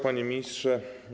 Panie Ministrze!